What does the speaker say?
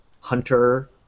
Hunter